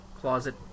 closet